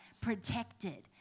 protected